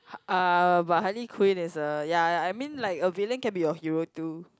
uh but Harley-Quinn is a ya ya I mean like a villain can be your hero too